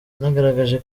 yanagaragaje